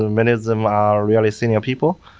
and many of them are really senior people.